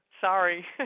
Sorry